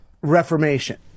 reformation